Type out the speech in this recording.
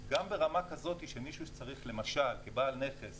גם ברמה כזאת של מישהו שצריך למשל כבעל נכס